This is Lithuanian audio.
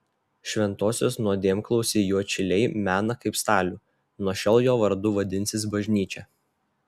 šventosios nuodėmklausį juodšiliai mena kaip stalių nuo šiol jo vardu vadinsis bažnyčia